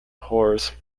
horse